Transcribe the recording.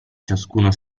ciascuno